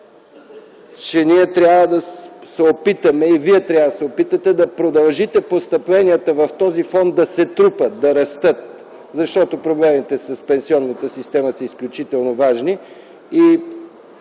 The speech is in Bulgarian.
че ние трябва да се опитаме и Вие трябва да се опитате да продължите постъпленията в този фонд да се трупат, да растат, защото проблемите с пенсионната система са изключително важни и